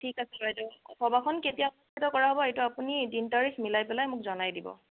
ঠিক আছে বাইদেউ সভাখন কেতিয়া অনুষ্ঠিত কৰা হ'ব সেইটো আপুনি দিন তাৰিখ মিলাই পেলাই মোক জনাই দিব